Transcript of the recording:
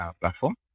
platform